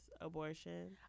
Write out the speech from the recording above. abortion